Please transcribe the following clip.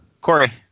Corey